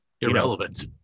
irrelevant